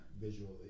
Visually